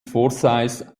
forsyth